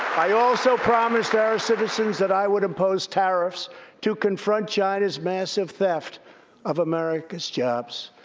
i also promised our citizens that i would impose tariffs to confront china's massive theft of america's jobs.